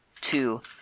two